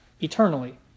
eternally